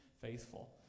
faithful